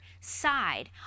side